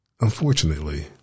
unfortunately